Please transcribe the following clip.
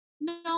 no